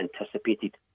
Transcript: anticipated